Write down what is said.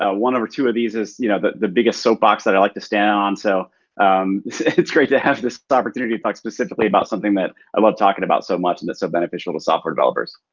ah one or two of these is you know the the biggest soapbox that i like to stand on so it's great to have this opportunity to talk specifically about something that i love talking about so much, and it's so beneficial to software developers.